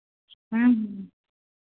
ह्म्म ह्म्म